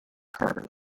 carter